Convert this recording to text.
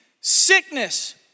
sickness